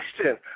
question